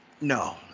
no